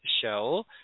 show